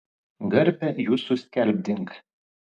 garbę jūsų skelbdink